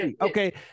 Okay